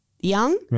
young